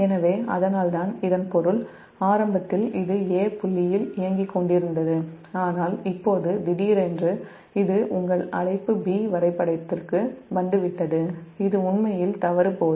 எனவே அதனால்தான் இதன் பொருள் ஆரம்பத்தில் இது 'A' புள்ளியில் இயங்கிக் கொண்டிருந்தது ஆனால் இப்போது திடீரென்று இது உங்கள் அழைப்பு B வரைபடத்திற்கு வந்துவிட்டது இது உண்மையில் தவறு போது